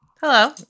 Hello